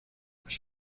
las